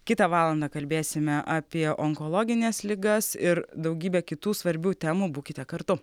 kitą valandą kalbėsime apie onkologines ligas ir daugybę kitų svarbių temų būkite kartu